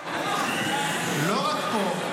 שזה לא --- לא רק פה.